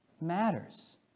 matters